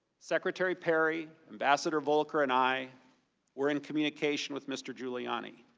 secretary perry, ambassador volker and i were in communication with mr. giuliani.